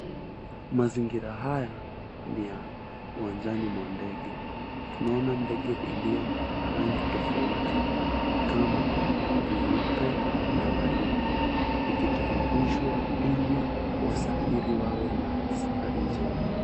Mazingira haya ni ya uwanjani mwa ndege. Tunaona ndege iliyo na rangi tofauti kama nyeupe na waridi likitayarishwa ili wasafiri wawe na safari njema.